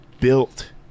built